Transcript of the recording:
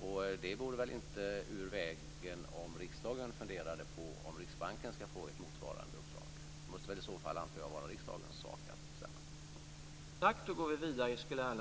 men det vore väl inte ur vägen om riksdagen funderade på om Riksbanken ska få ett motsvarande uppdrag. Jag antar att det måste vara riksdagens sak att bestämma det.